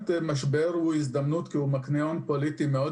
משבר הוא הזדמנות מכיוון שהוא מקנה גב פוליטי רחב